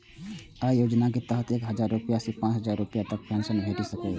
अय योजनाक तहत एक हजार रुपैया सं पांच हजार रुपैया तक पेंशन भेटि सकैए